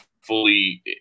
fully –